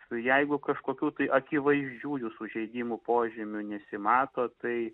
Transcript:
jeigu kažkokių tai akivaizdžių jų sužeidimo požymių nesimato tai